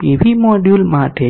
તેથી PV module માટે